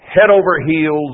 head-over-heels